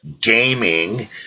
gaming